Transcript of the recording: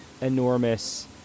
enormous